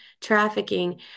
trafficking